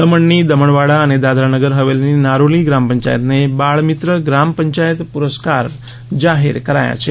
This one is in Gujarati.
દમણ ની દમણવાડા અને દાદરા નગર હવેલીની નારોલી ગ્રામ પંચાયતને બાળ મિત્ર ગ્રામ પંચાયત પુરસ્કાર જાહેર કરાયા છે